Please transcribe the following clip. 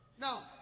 Now